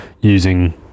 using